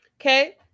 Okay